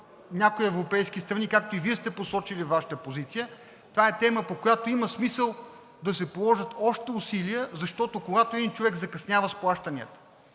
някои европейски страни. Както и Вие сте посочили във Вашата позиция това е тема, по която има смисъл да се положат още усилия, защото, когато един човек закъснява с плащанията,